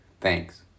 Thanks